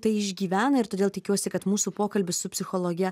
tai išgyvena ir todėl tikiuosi kad mūsų pokalbis su psichologe